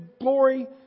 glory